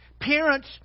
Parents